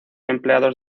empleados